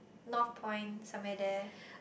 Northpoint somewhere there